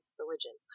religion